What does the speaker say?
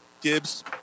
Gibbs